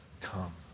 come